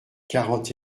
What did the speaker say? quarante